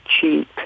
cheap